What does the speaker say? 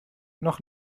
noch